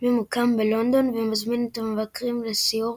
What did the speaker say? ממוקם בלונדון ומזמין את המבקרים לסיור